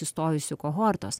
įstojusių kohortos